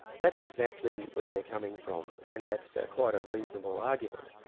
that's exactly where they're coming from, and that's quite a reasonable argument,